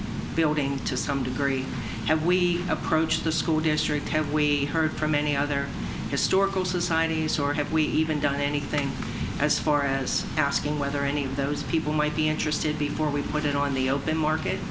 building to some degree have we approached the school district have we heard from any other historical societies or have we even done anything as far as asking whether any of those people might be interested before we put it on the open market